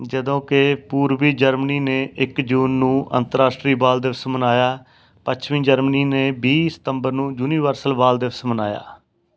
ਜਦੋਂ ਕਿ ਪੂਰਬੀ ਜਰਮਨੀ ਨੇ ਇੱਕ ਜੂਨ ਨੂੰ ਅੰਤਰਰਾਸ਼ਟਰੀ ਬਾਲ ਦਿਵਸ ਮਨਾਇਆ ਪੱਛਮੀ ਜਰਮਨੀ ਨੇ ਵੀਹ ਸਤੰਬਰ ਨੂੰ ਯੂਨੀਵਰਸਲ ਬਾਲ ਦਿਵਸ ਮਨਾਇਆ